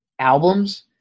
albums